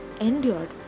endured